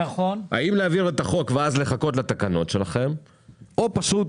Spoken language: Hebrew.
האם להעביר את החוק ואז לחכות לתקנות שלכם או פשוט